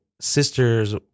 sister's